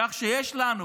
כך שיש לנו